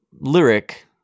lyric